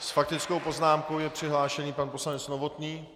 S faktickou poznámkou je přihlášen pan poslanec Novotný.